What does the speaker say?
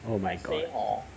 oh my god